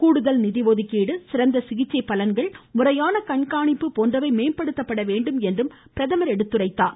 கூடுதல் நிதி ஒதுக்கிடு சிறந்த சிகிச்சை பலன்கள் முறையான கண்காணிப்பு போன்றவை மேம்படுத்தப்பட வேண்டும் என்றும் எடுத்துரைத்தார்